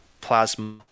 Plasma